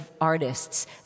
artists